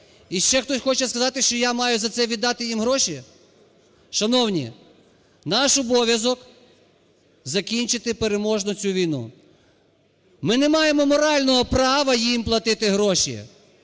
І ще хтось хоче сказати, що я маю за це віддати їм гроші? Шановні, наш обов'язок – закінчити переможно цю війну. Ми не маємо морального права їм платити гроші,